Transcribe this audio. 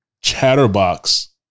Chatterbox